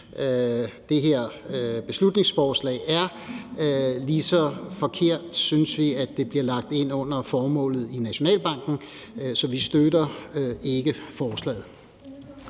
det her beslutningsforslag er, lige så forkert synes vi det er, at dette bliver lagt ind under formålet med Nationalbanken. Så vi støtter ikke forslaget.